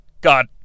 God